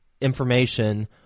information